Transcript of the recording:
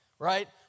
Right